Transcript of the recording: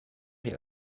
der